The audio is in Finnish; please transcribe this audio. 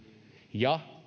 ja